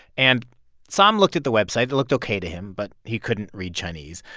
and sahm looked at the website. it looked ok to him, but he couldn't read chinese.